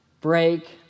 break